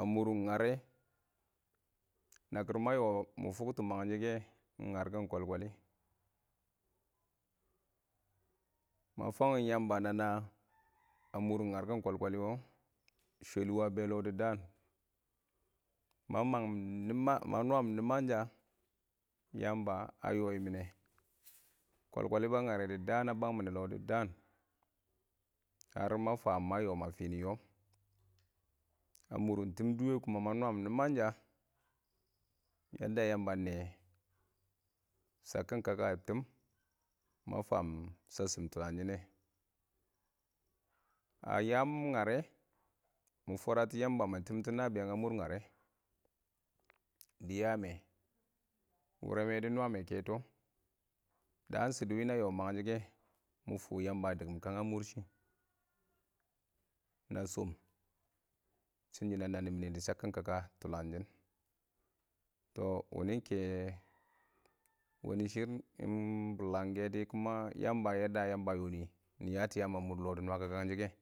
a mʊrɪn ngare, nakɪr ma yɔ mɪ fʊkto mangshɪ kɛ ɪng ngarkin kwalkwalɪ, ma fangɪm Yamba nana a mʊr ngarkɪn kwaltkwalɪ wɔ, shwɛlɪ wʊ a be lɔ dɪ daan. Ma mangɪm nɪma, ma nwam nɪmansha Yamba a yɔ yɪ mɪnɛ kwalkwalɪ ba ngare dɪ daan a bang mɪne lɔ dɪ daaɳ ara ma fam ma yɔɔm a fɪɪn yɔɔm, a murɪn tɪm dʊwɛ ku ma nwaam nɪmang sha inde Yamba a nɛɪyɛ chakkɪn kaka a tɪm ma fam shasshɪm tʊlanshɪnɛ, a yaam ngare mɪ fwaratɔ Yamba, mɪ tɪmtɔ nabɪyang a mʊr ngarɛ, dɪ yamɛ, wʊrɛ mɛ dɪ nwamɛ kɛtɔ, daan shɪdɔ wɪ na yɔ mang shɪ kɛ, mɪ fʊ Yamba a dɪkkɪn kang a mʊr shɪ, na chʊm shɪnshɪn a nan nɪ mɪnɪ dɪ shakkɪn kaka tʊlang shɪn toh wɪnɪ ɪng kɛ wani shɪrr, ɪng bɪlang kɛ kuma Yamba a yɔ nɪ, nɪ yatɔ yam a mʊr lɔ dɪ nwakɪkang shɪ kɛ.